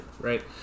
Right